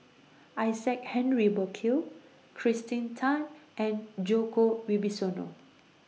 Isaac Henry Burkill Kirsten Tan and Djoko Wibisono